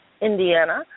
Indiana